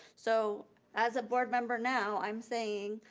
so as a board member now i'm saying,